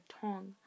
tongue